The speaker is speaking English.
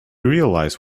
realize